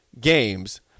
games